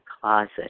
closet